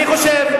מאה אחוז.